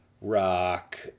rock